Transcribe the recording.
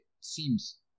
seems